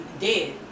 Dead